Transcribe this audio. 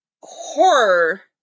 horror